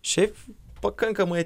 šiaip pakankamai